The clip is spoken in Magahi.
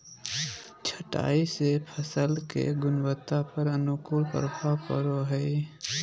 छंटाई से फल के गुणवत्ता पर अनुकूल प्रभाव पड़ो हइ